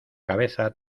cabeza